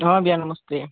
हाँ भैया नमस्ते